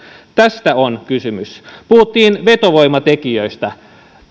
tästä on kysymys puhuttiin vetovoimatekijöistä